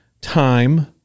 time